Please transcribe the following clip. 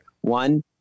One